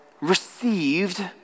received